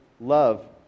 love